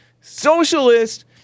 Socialist